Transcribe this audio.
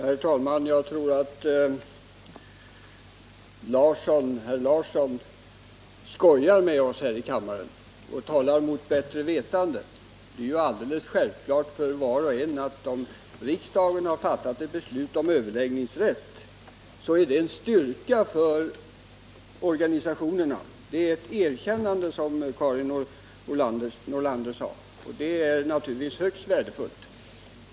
Herr talman! Jag tror att Erik Larsson skojar med oss här i kammaren, och han talar mot bättre vetande. Det är ju alldeles självklart för var och en att om riksdagen fattat ett beslut om överläggningsrätt är det en styrka för organisationerna — ett erkännande, som Karin Nordlander sade — och det är naturligtvis högst värdefullt.